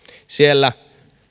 siellä